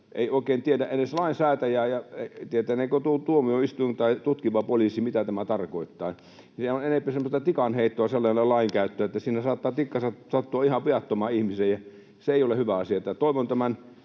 ei oikein tiedä edes lainsäätäjä, ja tietäneekö tuo tuomioistuinkaan tai tutkiva poliisikaan, mitä tämä tarkoittaa. Sellainen lainkäyttö on enempi semmoista tikanheittoa, että siinä saattaa tikka sattua ihan viattomaan ihmiseen, ja se ei ole hyvä asia.